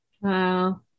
Wow